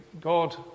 God